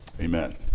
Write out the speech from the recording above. Amen